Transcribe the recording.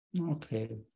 Okay